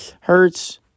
Hurts